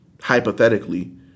hypothetically